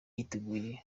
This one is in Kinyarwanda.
yiteguye